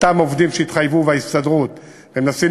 ואותם עובדים שהתחייבו וההסתדרות מנסים